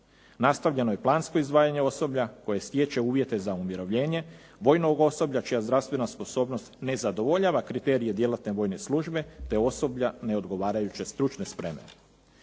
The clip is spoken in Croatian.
Nastavljeno je plansko izdvajanje osoblja koji stječe uvjete za umirovljenje, vojnog osoblja čija zdravstvena sposobnost ne zadovoljava kriterije djelatne voje službe, te osoblja neodgovarajuće stručne spreme.